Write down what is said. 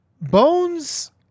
Bones